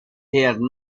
here